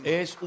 es